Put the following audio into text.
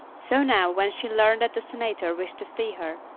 so now when she learned that the senator wished to see her,